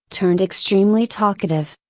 turned extremely talkative,